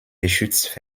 geschützt